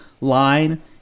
line